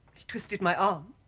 he twisted my arm